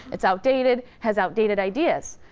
it's outdated, has outdated ideas,